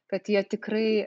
kad jie tikrai